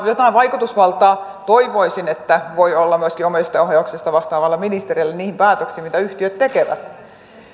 jotain vaikutusvaltaa toivoisin voi olla myöskin omistajaohjauksesta vastaavalla ministerillä niihin päätöksiin mitä yhtiöt tekevät